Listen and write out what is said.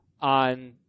on